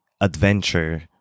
adventure